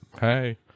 Hey